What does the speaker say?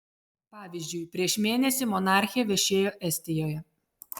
pavyzdžiui prieš mėnesį monarchė viešėjo estijoje